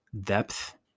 depth